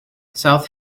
south